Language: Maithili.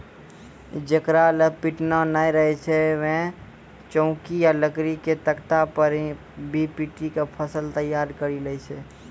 जेकरा लॅ पिटना नाय रहै छै वैं चौकी या लकड़ी के तख्ता पर भी पीटी क फसल तैयार करी लै छै